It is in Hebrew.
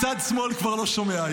צד שמאל כבר לא שומע היום.